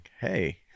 hey